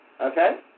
Okay